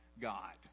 God